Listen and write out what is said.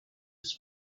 his